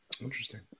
Interesting